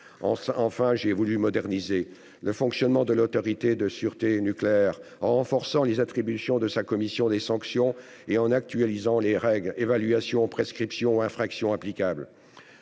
Enfin, j'ai voulu moderniser le fonctionnement de l'Autorité de sûreté nucléaire, en renforçant les attributions de sa commission des sanctions et en actualisant les règles, les évaluations, les prescriptions ou les infractions applicables.